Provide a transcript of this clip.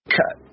Cut